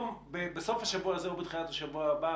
בסוף השבוע הזה או בתחילת השבוע הבא,